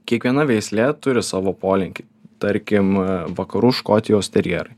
kiekviena veislė turi savo polinkį tarkim vakarų škotijos terjerai